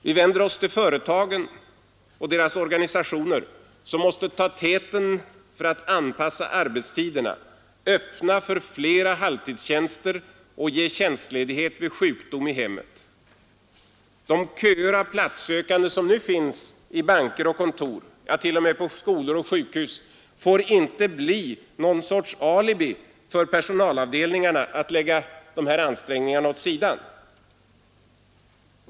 Vi vänder oss också till företagen och deras organisationer, som måste ta täten för att anpassa arbetstiderna, öppna för fler halvtidstjänster och ge tjänstledighet vid sjukdom i hemmet. De köer av platssökande som nu finns i banker och kontor — ja, t.o.m. vid skolor och sjukhus — får inte bli någon sorts alibi för personalavdelningarna att lägga dessa frågor åt sidan.